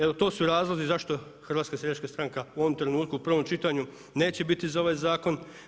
Evo to su razlozi zašto HSS u ovom trenutku u prvom čitanju neće biti za ovaj zakon.